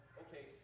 okay